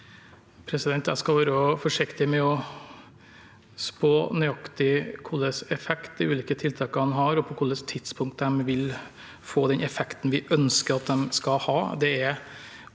Jeg skal være forsiktig med å spå nøyaktig hvilken effekt de ulike tiltakene har, og på hvilket tidspunkt de vil få den effekten vi ønsker at de skal ha.